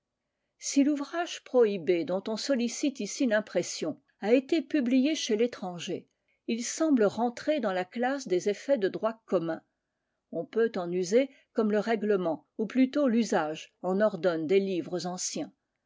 si l'ouvrage prohibé dont on sollicite ici l'impression a été publié chez l'étranger il semble rentrer dans la classe des effets de droit commun on peut en user comme le règlement ou plutôt l'usage en ordonne des livres anciens